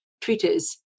treatise